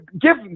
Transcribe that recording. give